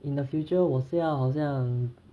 in the future 我是要好像